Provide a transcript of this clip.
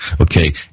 Okay